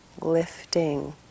lifting